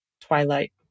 twilight